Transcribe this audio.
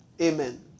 Amen